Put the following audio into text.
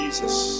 Jesus